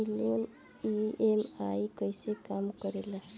ई loan EMI कईसे काम करेला?